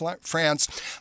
France